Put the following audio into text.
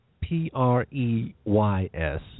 P-R-E-Y-S